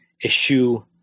issue